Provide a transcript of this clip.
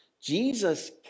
Jesus